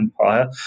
Empire